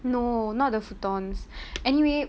no not the futons anyway